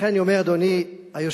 לכן אני אומר, אדוני היושב-ראש,